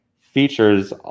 features